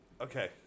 Okay